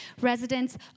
residents